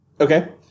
Okay